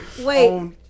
Wait